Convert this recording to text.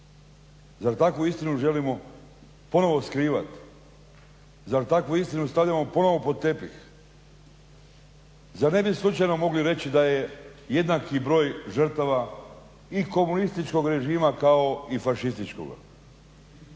Zar takvu istinu želimo ponovno skrivati? Zar takvu istinu stavljamo ponovno pod tepih? Zar ne bi slučajno mogli reći da je jednaki broj žrtava i komunističkog režima kao i fašističkoga?